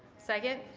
second?